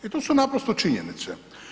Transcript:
I to su naprosto činjenice.